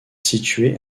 situé